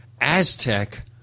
Aztec